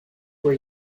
were